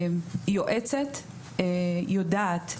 יועצת יודעת.